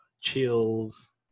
chills